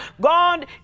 God